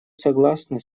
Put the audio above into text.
согласны